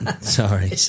Sorry